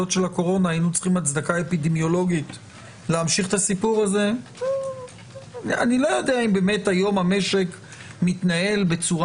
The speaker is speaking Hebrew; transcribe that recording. ומה שצריך לעשות זה באמת להגיש בקשה